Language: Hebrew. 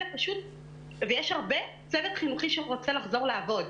יש הרבה מהצוות החינוכי שרוצה לחזור לעבוד,